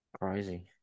crazy